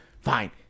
Fine